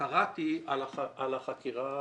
קראתי על החקירה